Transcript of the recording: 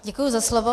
Děkuji za slovo.